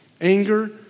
Anger